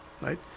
right